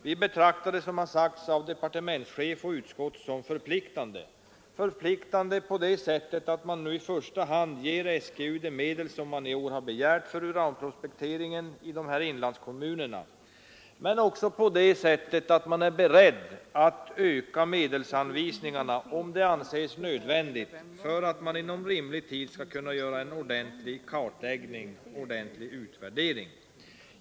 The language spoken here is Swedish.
Vi betraktar det som har sagts av departementschefen och utskottet som förpliktande på det sättet att man nu i första hand ger SGU de medel som i år har begärts för uranprospekteringen i dessa inlandskommuner, men också på det sättet att man är beredd att öka medelsanvisningarna om så anses nödvändigt för att inom rimlig tid kunna göra en ordentlig kartläggning och utvärdering.